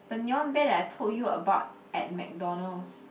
the neon bear that I told you about at MacDonald's